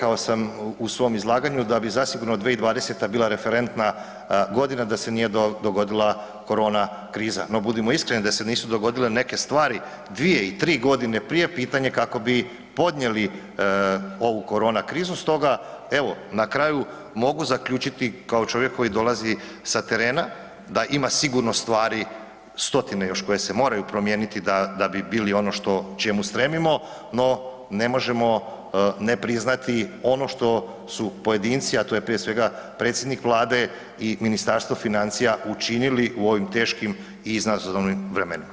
Rekao sam u svom izlaganju da bi zasigurno 2020. bila referentna godina da se nije dogodila korona kriza no budimo iskreni, da se nisu dogodile neke stvari, 2 i 3 g. prije pitanje, pitanje kako bi podnijeli ovu korona krizu stoga evo, na kraju mogu zaključiti kao čovjek koji dolazi sa terena, da ima sigurno stvari stotine još koje se moraju promijeniti da bi bili ono što čemu stremimo no ne možemo ne priznati ono što su pojedinci a to je prije svega, predsjednik Vlade i Ministarstvo financija učinili u ovim teškim i izazovnim vremenima.